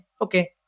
okay